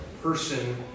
Person